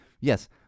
yes